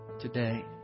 Today